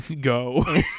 Go